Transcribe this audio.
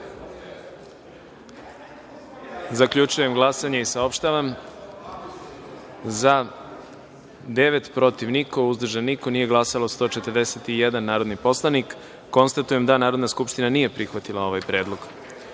predlog. Zaključujem glasanje i saopštavam: za – devet, protiv – niko, uzdržanih – nema, nije glasao 141 narodni poslanik. Konstatujem da Narodna skupština nije prihvatila ovaj predlog. Narodna